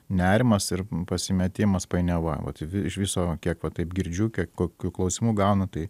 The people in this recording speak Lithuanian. nerimas ir pasimetimas painiava vat į vi iš viso kiek va taip girdžiu kiek kokių klausimų gauna tai